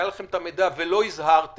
היה לכם את המידע ולא הזהרתם,